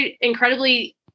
incredibly